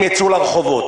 לרחובות.